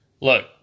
Look